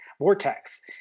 vortex